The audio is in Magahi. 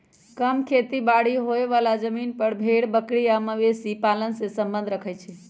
कम खेती बारी होय बला जमिन पर भेड़ बकरी आ मवेशी पालन से सम्बन्ध रखई छइ